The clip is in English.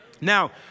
Now